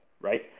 right